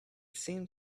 seemed